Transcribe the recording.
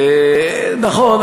נכון,